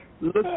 Look